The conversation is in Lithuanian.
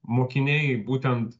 mokiniai būtent